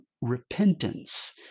repentance